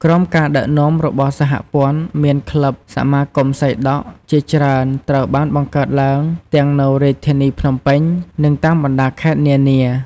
ក្រោមការដឹកនាំរបស់សហព័ន្ធ មាន ក្លឹប សមាគមសីដក់ ជាច្រើនត្រូវបានបង្កើតឡើងទាំងនៅរាជធានីភ្នំពេញ និងតាមបណ្ដាខេត្តនានា។